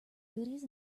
goodies